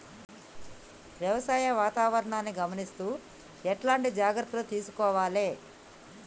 వ్యవసాయ వాతావరణాన్ని గమనిస్తూ ఎట్లాంటి జాగ్రత్తలు తీసుకోవాలే?